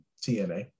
TNA